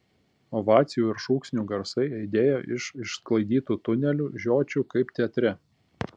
ovacijų ir šūksnių garsai aidėjo iš išsklaidytų tunelių žiočių kaip teatre